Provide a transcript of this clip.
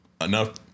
enough